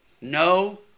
no